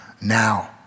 now